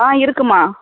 ஆ இருக்குதும்மா